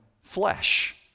flesh